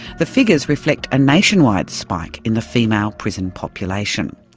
the figures reflect a nationwide spike in the female prison population.